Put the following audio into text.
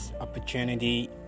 opportunity